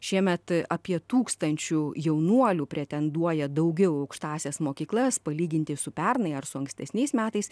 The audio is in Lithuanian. šiemet e apie tūkstančių jaunuolių pretenduoja daugiau į aukštąsias mokyklas palyginti su pernai ar su ankstesniais metais